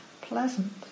pleasant